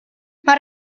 más